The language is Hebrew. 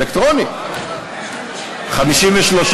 אלקטרונית, אלקטרונית.